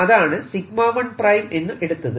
അതാണ് 𝜎1 ʹ എന്ന് എടുത്തത്